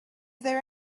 there